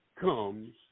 comes